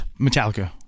Metallica